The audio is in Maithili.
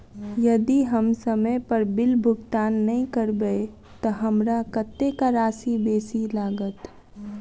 यदि हम समय पर बिल भुगतान नै करबै तऽ हमरा कत्तेक राशि बेसी लागत?